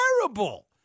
Terrible